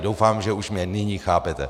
Doufám, že už mě nyní chápete.